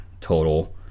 total